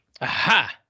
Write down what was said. Aha